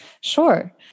Sure